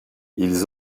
ils